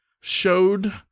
showed